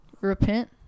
Repent